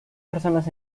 personas